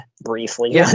briefly